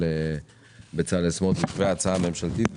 של בצלאל סמוטריץ' וההצעה הממשלתית.